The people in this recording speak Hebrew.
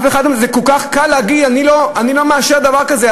זה כל כך קל להגיד: אני לא מאשר דבר כזה.